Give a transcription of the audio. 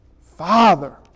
Father